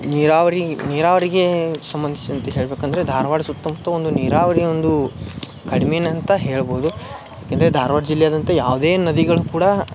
ನೀರಾವರಿ ನೀರಾವರಿಗೆ ಸಂಬಂಧಿಸಿದಂತೆ ಹೇಳ್ಬೇಕು ಅಂದರೆ ಧಾರ್ವಾಡ ಸುತ್ತಮುತ್ತ ಒಂದು ನೀರಾವರಿ ಒಂದು ಕಡ್ಮಿನೇ ಅಂತ ಹೇಳ್ಬೋದು ಯಾಕಂದರೆ ಧಾರ್ವಾಡ ಜಿಲ್ಲೆಯಾದ್ಯಂತ ಯಾವುದೇ ನದಿಗಳು ಕೂಡ